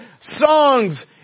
songs